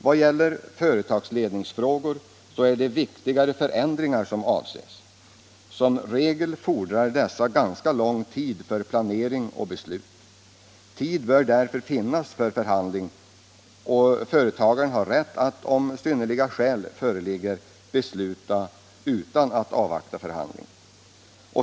Vad beträffar företagsledningsfrågor är det viktigare förändringar som avses. Som regel fordrar dessa ganska lång tid för planering och beslut. Tid bör därför finnas för förhandling, och företagsledaren har rätt att om synnerliga skäl föreligger besluta utan att avvakta förhandling.